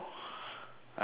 I understand that